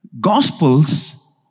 Gospels